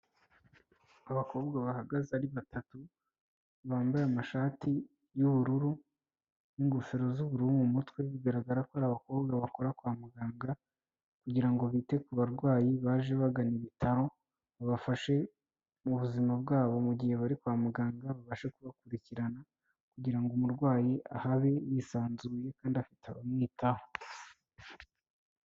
Abakobwa bahagaze ari batatu bambaye amashati y'ubururu n'ingofero z'ubururu mu mutwe, bigaragara ko ari abakobwa bakora kwa muganga kugira ngo bite ku barwayi baje bagana ibitaro babafashe mu buzima bwabo mu gihe bari kwa muganga babashe kubakurikirana kugira ngo umurwayi ahabe yisanzuye kandi afite abamwitaho.